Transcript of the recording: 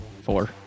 four